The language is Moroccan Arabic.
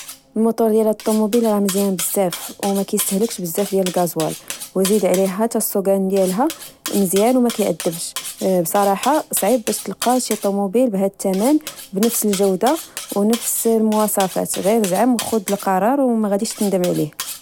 الموطور ديال الطوموبيل رمزيان بزاف و مكيستهلكش بزاف ديال الغازوال، و زيد عليها تاصوكان ديالها مزيان، و ما كيعدبش ، بصراحة صعيب باش تلقاه شي طوموبيل بهاذ الثمن بنفس الجودة، و نفس المواصفات، غير زعم خود القرار، و ما غاديش تندم عليه